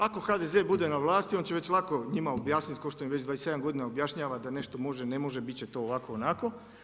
Ako HDZ bude na vlasti on će već lako njima objasniti kao što im već 27 godina objašnjava da nešto može, ne može, biti će to ovako, onako.